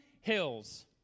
hills